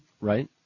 right